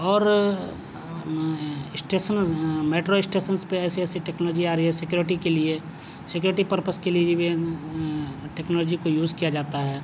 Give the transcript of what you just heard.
اور stations metro stations پہ ایسی ایسی ٹیکنالوجی آ رہی ہے سیکیورٹی کے لیے سیکیورٹی پرپز کے لیے ٹیکنالوجی کو یوز کیا جاتا ہے